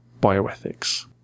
bioethics